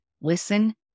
Listen